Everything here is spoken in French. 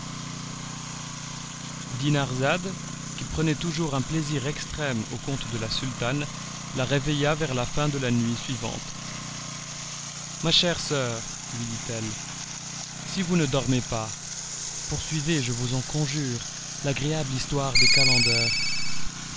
nuit dinarzade qui prenait toujours un plaisir extrême aux contes de la sultane la réveilla vers la fin de la nuit suivante ma chère soeur lui dit-elle si vous ne dormez pas poursuivez je vous en conjure l'agréable histoire des calenders